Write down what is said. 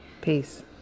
Peace